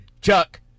Chuck